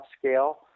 scale